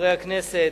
חברי הכנסת,